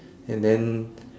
and then